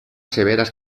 severes